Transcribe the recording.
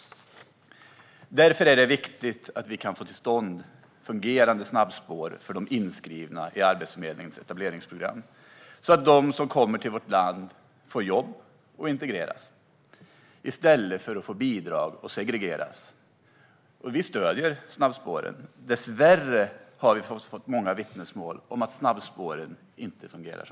Därför är det viktigt att få till stånd fungerande snabbspår för dem som är inskrivna i Arbetsförmedlingens etableringsprogram så att de som kommer till vårt land får jobb och integreras i stället för att få bidrag och segregeras. Vi stöder snabbspåren. Dessvärre har vi fått många vittnesmål om att snabbspåren inte fungerar.